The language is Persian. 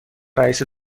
رئیس